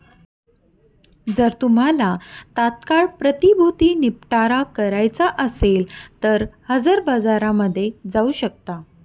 जर तुम्हाला तात्काळ प्रतिभूती निपटारा करायचा असेल तर हजर बाजारामध्ये जाऊ शकता